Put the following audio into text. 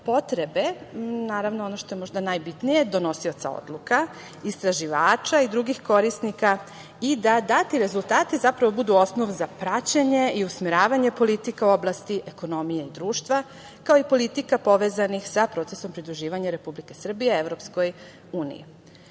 potrebe, naravno, ono što je možda najbitnije, donosioca odluka, istraživača i drugih korisnika i da dati rezultati, zapravo, budu osnov za praćenje i usmeravanje politika oblasti ekonomije i društva, kao i politika povezanih sa procesom pridruživanja Republike Srbije EU.Osnovni